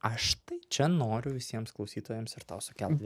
aš tai čia noriu visiems klausytojams ir tau sukelti